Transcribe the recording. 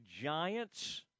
Giants